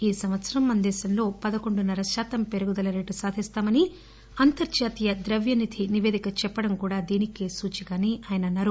ఈ సంవత్సరం మన దేశంలో పదకొండున్నర శాతం పెరుగుదల రేటు సాధిస్తామని అంతర్జాతీయ ద్రవ్యనిధి నిపేదిక చెప్పడం కూడా దీనికే సూచిక అని ఆయన చెప్పారు